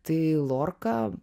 tai lorka